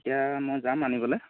এতিয়া মই যাম আনিবলৈ